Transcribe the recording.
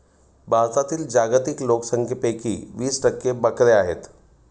भारतातील जागतिक लोकसंख्येपैकी वीस टक्के बकऱ्या आहेत